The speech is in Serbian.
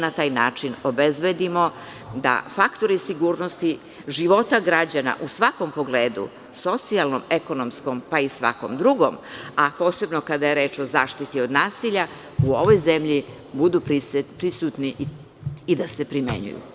Na taj način da obezbedimo da faktori sigurnosti života građana u svakom pogledu, socijalnom, ekonomskom, pa i svakom drugom, a posebno kada je reč o zaštiti od nasilja u ovoj zemlji budu prisutni i da se primenjuju.